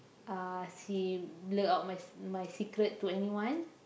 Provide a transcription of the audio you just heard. uh she blur out my my secret to anyone